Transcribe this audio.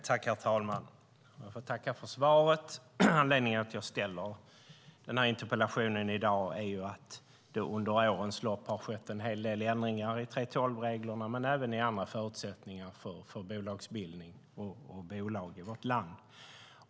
Herr talman! Jag får tacka för svaret. Anledningen till att jag ställt den här interpellationen är att det under årens lopp har skett en hel del ändringar i 3:12-reglerna men även i andra förutsättningar för bolagsbildning och bolag i vårt land.